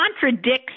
contradicts